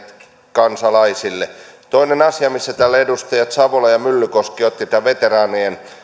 kansalaisille toinen asia täällä edustajat savola ja ja myllykoski ottivat tämän veteraanien